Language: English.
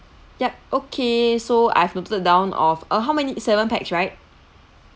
yup okay so I've noted down of uh how many seven pax right